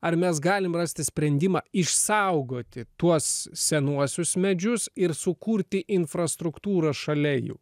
ar mes galim rasti sprendimą išsaugoti tuos senuosius medžius ir sukurti infrastruktūrą šalia jų